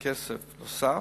כסף נוסף,